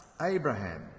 Abraham